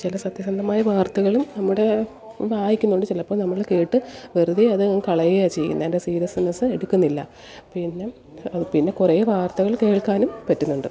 ചില സത്യസന്ധമായ വാർത്തകളും നമ്മുടെ വായിക്കുന്നുണ്ട് ചിലപ്പോൾ നമ്മൾ കേട്ട് വെറുതെ അതു കളയുക ചെയ്യുന്നത് അതിൻ്റെ സീരിയസ്നസ് എടുക്കുന്നില്ല പിന്നെ പിന്നെ കുറെ വാർത്തകൾ കേൾക്കാനും പറ്റുന്നുണ്ട്